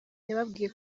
yababwiye